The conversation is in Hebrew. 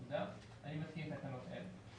לפקודה, אני מתקין תקנות אלה: